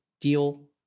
deal